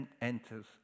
enters